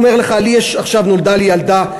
הוא אומר לך: עכשיו נולדה לי ילדה,